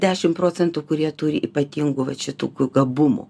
dešim procentų kurie turi ypatingų vat šitų gabumų